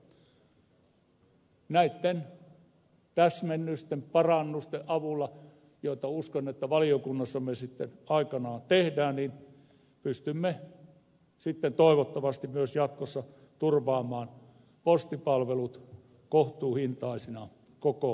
näitten täsmennysten ja parannusten avulla joita uskon että valiokunnassa me sitten aikanamme teemme pystymme toivottavasti myös jatkossa turvaamaan postipalvelut kohtuuhintaisina koko maassa